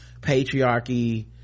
patriarchy